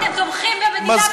אתם תומכים במדינה,